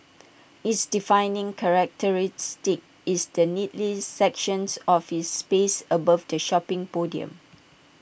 its defining characteristic is the neatly sectioned office space above the shopping podium